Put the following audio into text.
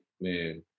man